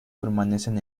permanecen